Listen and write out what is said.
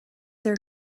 their